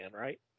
right